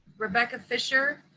rebecca fischer,